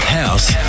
house